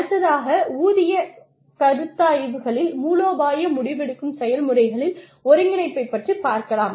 அடுத்ததாக ஊதியக கருத்தாய்வுகளில் மூலோபாய முடிவெடுக்கும் செயல்முறைகளில் ஒருங்கிணைப்பைப் பற்றி பார்க்கலாம்